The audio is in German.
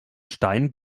stein